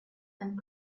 and